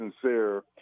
sincere